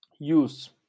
use